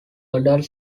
adult